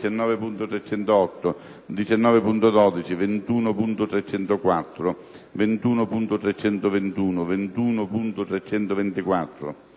19.308, 19.12, 21.304, 21.321, 21.324,